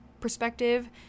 perspective